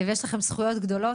ויש לכם זכויות גדולות.